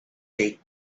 date